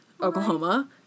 Oklahoma